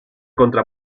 contra